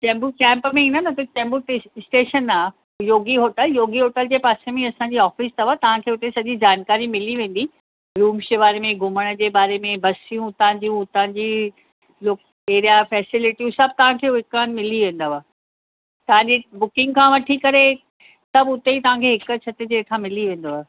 Chembur camp में ईंदा न त चैम्बूर टेश स्टेशन आहे योगी होटल योगी होटल जे पासे में ई असांजी ऑफिस अथव तव्हां खे उते सॼी जानकारी मिली वेंदी रूम्स जे बारे में घुमण जे बारे में बसियूं उतां जूं उतां जी लो एरिया फेसेलिटियूं सभु तव्हांखे इतां मिली वेंदव तव्हां जी बुकिंग खां वठी करे सभु उते ई तव्हां खे हिक छित जे हेठां मिली वेंदव